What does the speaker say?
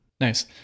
Nice